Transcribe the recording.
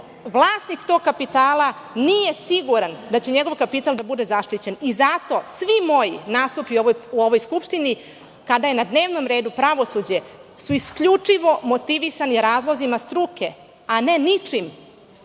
vlasnik tog kapitala nije siguran da će njegov kapital da bude zaštićen. Zato svi moji nastupi u ovoj skupštini, kada je na dnevnom redu pravosuđe, su isključivo motivisani razlozima struke, a ne ničim